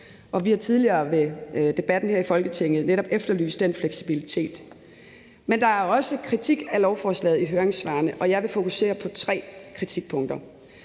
Vi har tidligere ved debatten her i Folketinget netop efterlyst den fleksibilitet. Men der er også kritik af lovforslaget i høringssvarene, og jeg vil fokusere på tre kritikpunkter.